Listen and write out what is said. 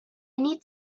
need